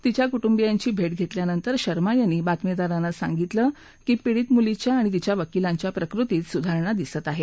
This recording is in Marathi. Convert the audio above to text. तिच्या कुटुंबियांची भेट घेतल्यानंतर शर्मा यांनी बातमीदारांना सांगितलं की पीडित मुलीच्या आणि तिच्या वकीलांच्या प्रकृतीत सुधारणा दिसत आहे